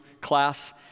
class